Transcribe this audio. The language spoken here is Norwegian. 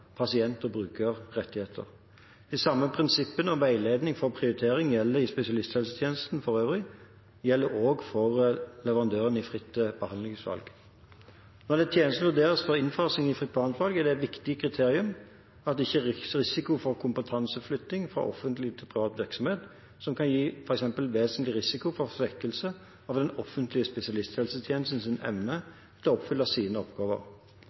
brukerrettigheter. De samme prinsippene om veiledning for prioritering som gjelder i spesialisthelsetjenesten for øvrig, gjelder også for leverandørene i fritt behandlingsvalg. Når en tjeneste vurderes for innfasing i fritt behandlingsvalg, er det et viktig kriterium at det ikke er risiko for kompetanseflytting fra offentlig til privat virksomhet, som kan gi f.eks. vesentlig risiko for svekkelse av den offentlige spesialisthelsetjenestens evne til å oppfylle sine oppgaver